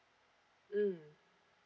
mm